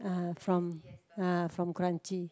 ah from ah from Kranji